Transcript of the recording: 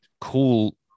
cool